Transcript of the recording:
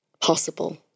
possible